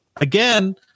Again